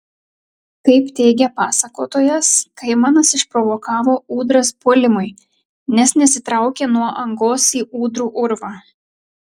kaip teigia pasakotojas kaimanas išprovokavo ūdras puolimui nes nesitraukė nuo angos į ūdrų urvą